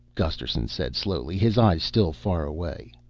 gusterson said slowly, his eyes still far away.